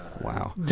Wow